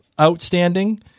outstanding